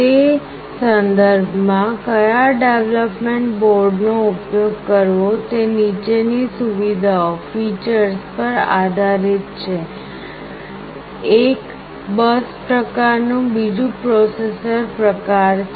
તે સંદર્ભ માં કયા ડેવલપમેન્ટ બોર્ડ નો ઉપયોગ કરવો તે નીચેની સુવિધાઓ પર આધારિત છે એક બસ પ્રકારનું બીજું પ્રોસેસર પ્રકાર છે